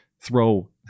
throw